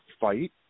fight